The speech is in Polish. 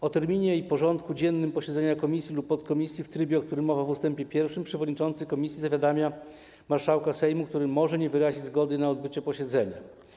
O terminie i porządku dziennym posiedzenia komisji lub podkomisji w trybie, o którym mowa w ust. 1, przewodniczący komisji zawiadamia marszałka Sejmu, który może nie wyrazić zgody na odbycie posiedzenia.